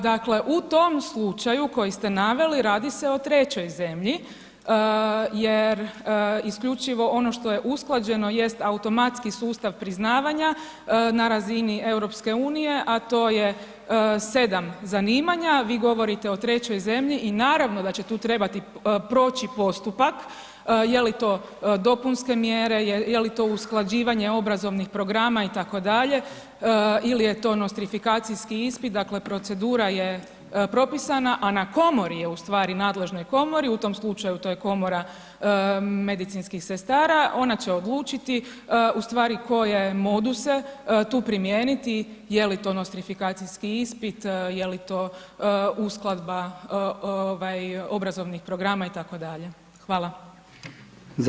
Dakle, u tom slučaju koji ste naveli, radi se o trećoj zemlji jer isključivo ono što je usklađeno jest automatski sustav priznavanja na razini EU, a to je 7 zanimanja, vi govorite o trećoj zemlji i naravno da će tu trebati proći postupak je li to dopunske mjere, je li to usklađivanje obrazovnih programa itd., ili je to nostrifikacijski ispit, dakle procedura je propisana, a na komori je u stvari, nadležnoj komori u tom slučaju to je komora medicinskih sestara, ona će odlučiti u stvari koje moduse tu primijeniti, je li to nostrifikacijski ispit, je li to uskladba obrazovnih programa itd., hvala.